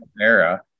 era